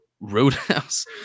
Roadhouse